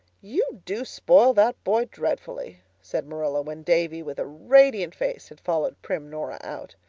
you do spoil that boy dreadfully, said marilla, when davy, with a radiant face, had followed prim dora out.